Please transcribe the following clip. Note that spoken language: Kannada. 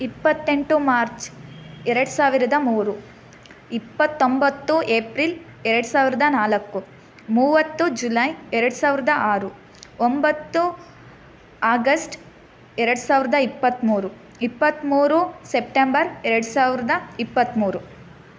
ಇಪ್ಪತ್ತೆಂಟು ಮಾರ್ಚ್ ಎರಡು ಸಾವಿರದ ಮೂರು ಇಪ್ಪತ್ತೊಂಬತ್ತು ಏಪ್ರಿಲ್ ಎರಡು ಸಾವಿರದ ನಾಲ್ಕು ಮೂವತ್ತು ಜುಲೈ ಎರಡು ಸಾವಿರದ ಆರು ಒಂಬತ್ತು ಆಗಸ್ಟ್ ಎರಡು ಸಾವಿರದ ಇಪ್ಪತ್ತ್ಮೂರು ಇಪ್ಪತ್ತ್ಮೂರು ಸೆಪ್ಟೆಂಬರ್ ಎರಡು ಸಾವಿರದ ಇಪ್ಪತ್ತ್ಮೂರು